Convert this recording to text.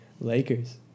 Lakers